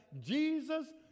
Jesus